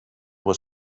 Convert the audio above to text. was